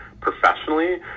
professionally